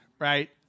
right